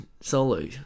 Solo